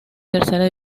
tercera